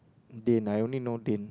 Dan I only know Dan